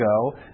go